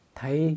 thấy